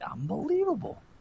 Unbelievable